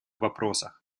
вопросах